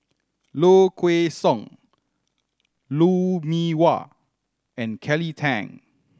Low Kway Song Lou Mee Wah and Kelly Tang